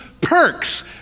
perks